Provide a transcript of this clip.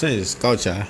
this one is couch ah